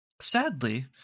sadly